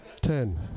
Ten